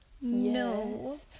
No